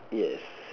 yes